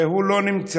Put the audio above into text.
הוא לא נמצא,